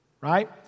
right